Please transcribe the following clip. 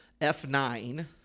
F9